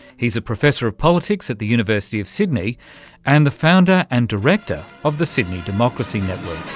he's a professor of politics at the university of sydney and the founder and director of the sydney democracy network.